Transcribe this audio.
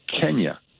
Kenya